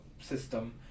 system